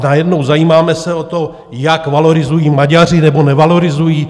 Najednou se zajímáme o to, jak valorizují Maďaři nebo nevalorizují?